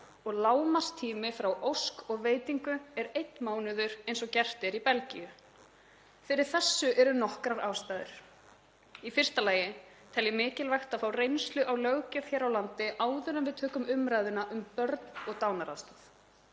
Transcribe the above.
og lágmarkstími frá ósk og veitingu er einn mánuður eins og gert er í Belgíu. Fyrir þessu eru nokkrar ástæður. Í fyrsta lagi tel ég mikilvægt að fá reynslu á löggjöf hér á landi áður en við tökum umræðuna um börn og dánaraðstoð.